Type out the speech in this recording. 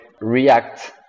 react